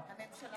הממשלה